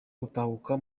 gutahuka